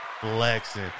flexing